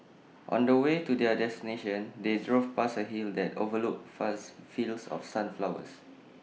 on the way to their destination they drove past A hill that overlooked vast fields of sunflowers